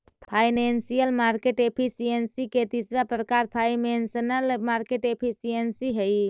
financial market efficiency के तीसरा प्रकार इनफॉरमेशनल मार्केट एफिशिएंसी हइ